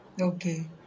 Okay